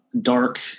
dark